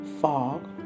Fog